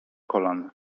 kolan